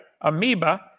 amoeba